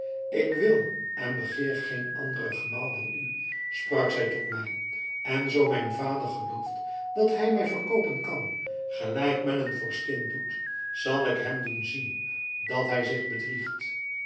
ik wil en begeer geen anderen gemaal dan u sprak zij tot mij en zoo mijn vader gelooft dat hij mij verkoopen kan gelijk men een vorstin doet zal ik hem doen zien dat hij zich bedriegt